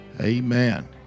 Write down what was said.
Amen